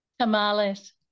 Tamales